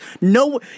No